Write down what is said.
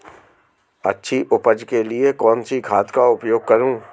अच्छी उपज के लिए कौनसी खाद का उपयोग करूं?